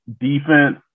defense